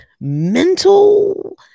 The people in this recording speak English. mental